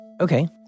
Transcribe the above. Okay